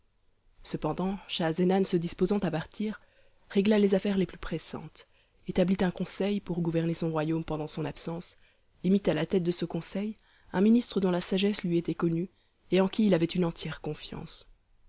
cependant schahzenan se disposant à partir régla les affaires les plus pressantes établit un conseil pour gouverner son royaume pendant son absence et mit à la tête de ce conseil un ministre dont la sagesse lui était connue et en qui il avait une entière confiance